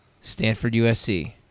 Stanford-USC